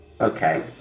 Okay